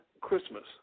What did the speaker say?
Christmas